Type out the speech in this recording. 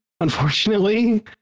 Unfortunately